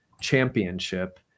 championship